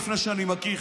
לפני שאני מקריא,